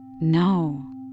No